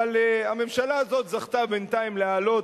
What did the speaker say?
אבל הממשלה הזאת זכתה בינתיים להעלות,